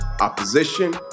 opposition